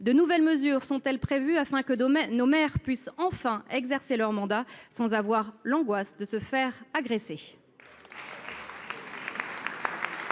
de nouvelles mesures sont elles prévues pour que nos maires puissent, enfin, exercer leur mandat sans l’angoisse d’être agressés ?